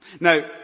Now